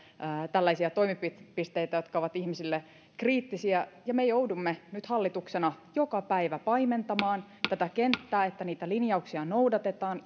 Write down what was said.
tällaisia toimipisteitä jotka ovat ihmisille kriittisiä me joudumme nyt hallituksena joka päivä paimentamaan tätä kenttää että niitä linjauksia noudatetaan